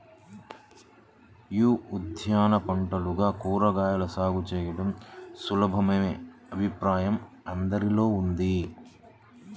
యీ ఉద్యాన పంటలుగా కూరగాయల సాగు చేయడం సులభమనే అభిప్రాయం అందరిలో ఉంది